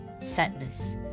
sadness